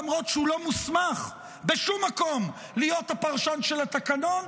למרות שהוא לא מוסמך בשום מקום להיות הפרשן של התקנון,